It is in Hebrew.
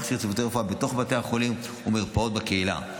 מכשיר צוותי רפואה בתוך בתי החולים ומרפאות בקהילה.